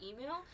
email